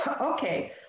Okay